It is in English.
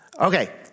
Okay